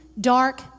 dark